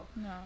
no